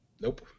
nope